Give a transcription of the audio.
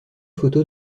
photo